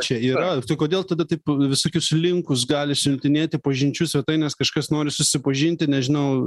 čia yra tai kodėl tada taip visokius linkus gali siuntinėti pažinčių svetainės kažkas nori susipažinti nežinau